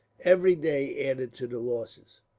every day added to the losses.